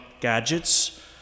gadgets